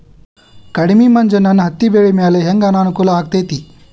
ಕಡಮಿ ಮಂಜ್ ನನ್ ಹತ್ತಿಬೆಳಿ ಮ್ಯಾಲೆ ಹೆಂಗ್ ಅನಾನುಕೂಲ ಆಗ್ತೆತಿ?